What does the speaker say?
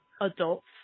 adults